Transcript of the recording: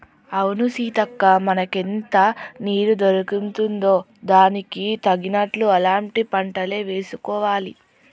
అవును సీతక్క మనకెంత నీరు దొరుకుతుందో దానికి తగినట్లు అలాంటి పంటలే వేసుకోవాలి